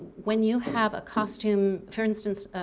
when you have a costume, for instance,